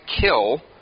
kill